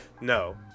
No